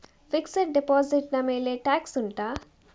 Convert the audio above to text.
fixed deposit ನ ಮೇಲೆ tax ಉಂಟಾ